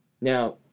Now